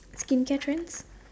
skincare trend